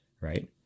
Right